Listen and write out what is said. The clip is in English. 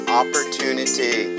opportunity